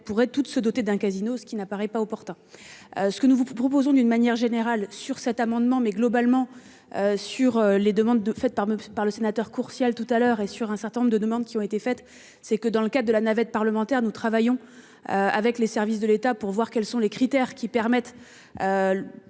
être pourraient toutes se doter d'un casino. Ce qui n'apparaît pas opportun. Ce que nous vous proposons d'une manière générale sur cet amendement mais globalement. Sur les demandes de faites par par le sénateur Courtial tout à l'heure et sur un certain nombre de demandes qui ont été faites, c'est que dans le cas de la navette parlementaire, nous travaillons. Avec les services de l'État pour voir quels sont les critères qui permettent.